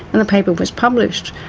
and the paper was published.